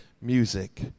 music